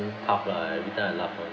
tough lah every time I laugh [one]